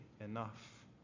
enough